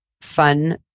fun